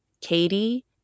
katie